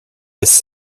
was